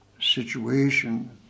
situation